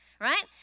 right